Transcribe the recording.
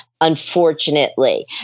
unfortunately